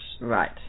Right